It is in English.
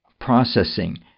processing